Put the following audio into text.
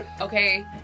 Okay